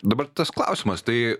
dabar tas klausimas tai